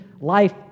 life